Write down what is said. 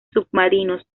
submarinos